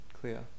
clear